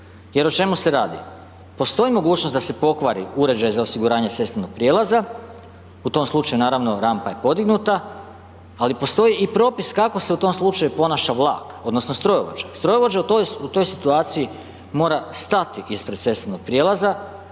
Jer o čemu se radi? Postoji mogućnost da se pokvari uređaj za osiguranje cestovnog prijelaza, u tom slučaju, naravno, rampa je podignuta, ali postoji i propis kako se u tom slučaju ponaša vlak odnosno strojovođa. Strojovođa u toj situaciji mora stati ispred cestovnog prijelaza,